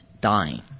dying